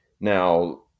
now